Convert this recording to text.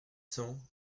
cent